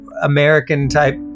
American-type